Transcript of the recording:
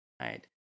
right